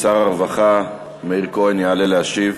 שר הרווחה מאיר כהן יעלה להשיב,